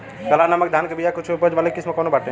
काला नमक धान के बिया के उच्च उपज वाली किस्म कौनो बाटे?